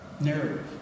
narrative